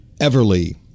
Everly